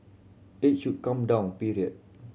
it should come down period